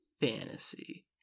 Fantasy